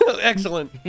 Excellent